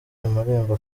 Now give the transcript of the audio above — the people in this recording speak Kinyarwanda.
amarembo